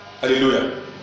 Hallelujah